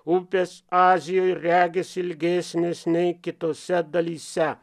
upės azijoj regis ilgesnis nei kitose dalyse